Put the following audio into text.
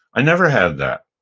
i never had that.